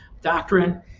doctrine